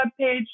webpage